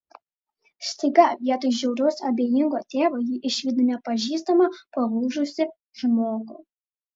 staiga vietoj žiauraus abejingo tėvo ji išvydo nepažįstamą palūžusį žmogų